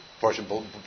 portion